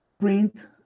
print